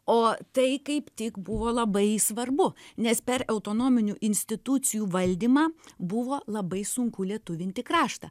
o tai kaip tik buvo labai svarbu nes per autonominių institucijų valdymą buvo labai sunku lietuvinti kraštą